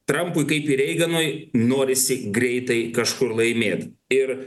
trampui kaip ir reiganui norisi greitai kažkur laimėt ir